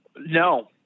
No